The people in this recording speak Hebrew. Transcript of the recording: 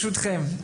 לפעול.